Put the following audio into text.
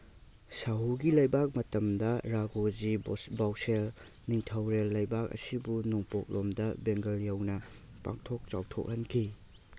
ꯁꯍꯨꯒꯤ ꯂꯩꯕꯥꯛ ꯃꯇꯝꯗ ꯔꯥꯒꯨꯖꯤ ꯕꯧꯁꯦꯜ ꯅꯤꯡꯊꯧꯔꯦꯜ ꯂꯩꯕꯥꯛ ꯑꯁꯤꯕꯨ ꯅꯣꯡꯄꯣꯛꯂꯣꯝꯗ ꯕꯦꯡꯒꯜ ꯌꯧꯅ ꯄꯥꯡꯊꯣꯛ ꯆꯥꯎꯊꯣꯛꯍꯟꯈꯤ